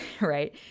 right